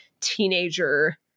teenager